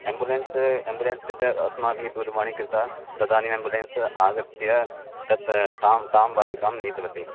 ambulance ambulance कृते अस्माभिः दूरवाणी कृता तदानीम् आम्बुलेन्स् आगत्य तत् तां तां बालिकां नीतवति